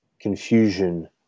confusion